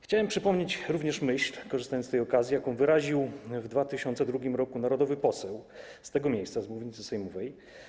Chciałem przypomnieć również myśl, korzystając z tej okazji, jaką wyraził w 2002 r. narodowy poseł z tego miejsca, z mównicy sejmowej.